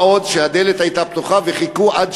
מה עוד שהדלת הייתה פתוחה והם חיכו עד